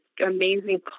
amazing